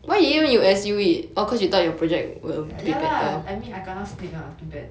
ya lah I mean I kena snake lah too bad